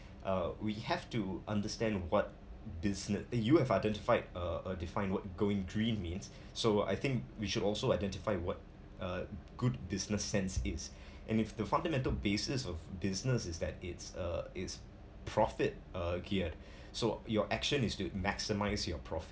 uh we have to understand what business you have identified a a defined word going green means so I think we should also identify what a good business sense is and if the fundamental basis of business is that it's uh is profit uh geared so your action is to maximize your prof~